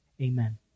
amen